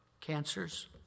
cancers